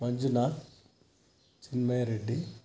Manjunath Chinmay Reddy